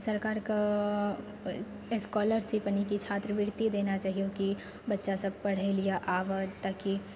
सरकारके स्कॉलरशिप यानी की छात्रवृति देना चाही की बच्चा सब पढ़ए लिए आबै ताकि